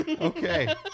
Okay